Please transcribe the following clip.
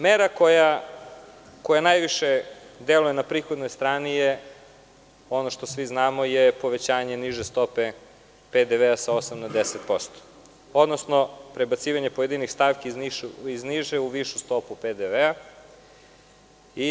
Mera koja najviše deluje na prihodnoj strani je, kao što svi znamo, povećanje niže stope PDV-a sa 8% na 10%, odnosno prebacivanje pojedinih stavki iz niže u višu stopu PDV-a.